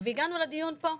והגענו לדיון פה.